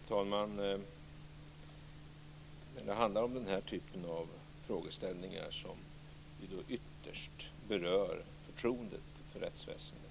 Fru talman! När det handlar om den här typen av frågeställningar, som ytterst berör förtroendet för rättsväsendet,